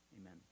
Amen